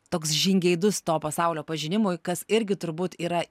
toks žingeidus to pasaulio pažinimui kas irgi turbūt yra